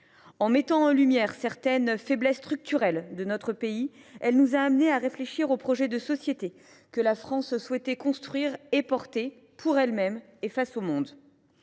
En mettant en lumière certaines faiblesses structurelles de notre pays, elle nous a conduits à réfléchir au projet de société que la France souhaitait construire et défendre, pour elle même et face au monde.